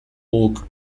guk